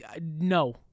No